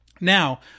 Now